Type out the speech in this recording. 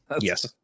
Yes